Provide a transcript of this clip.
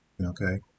Okay